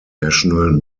national